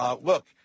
Look